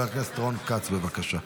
חבר הכנסת רון כץ, בבקשה.